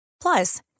Plus